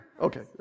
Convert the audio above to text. okay